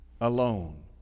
alone